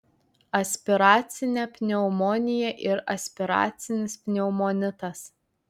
aspiracinė pneumonija ir aspiracinis pneumonitas